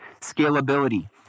Scalability